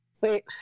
wait